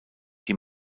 die